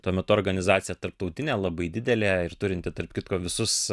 tuo metu organizacija tarptautinė labai didelė ir turinti tarp kitko visus